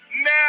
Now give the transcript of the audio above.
now